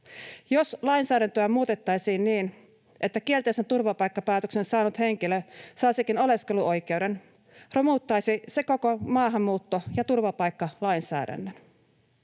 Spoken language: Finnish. Jos lainsäädäntöä muutettaisiin niin, että kielteisen turvapaikkapäätöksen saanut henkilö saisikin oleskeluoikeuden, romuttaisi se koko maahanmuutto‑ ja turvapaikkalainsäädännön.